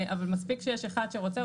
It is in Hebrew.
אבל מספיק שיש אחד שרוצה,